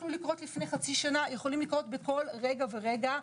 שיכלו לקרות לפני חצי שנה ויכולים לקרות בכל רגע ורגע.